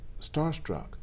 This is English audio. starstruck